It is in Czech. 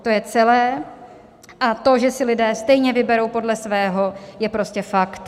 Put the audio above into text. To je celé a to, že si lidé stejně vyberou podle svého, je prostě fakt.